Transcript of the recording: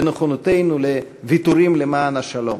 בנכונותנו ל"ויתורים למען השלום".